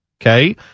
Okay